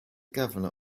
governor